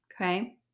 Okay